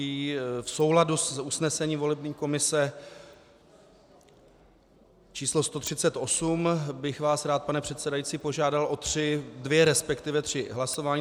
V souladu s usnesením volební komise č. 138 bych vás rád, pane předsedající, požádal o tři dvě resp., tři hlasování.